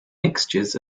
mixtures